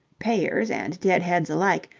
payers and deadheads alike,